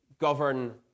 govern